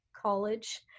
college